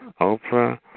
Oprah